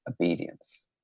Obedience